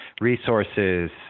resources